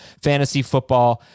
fantasyfootball